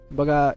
baga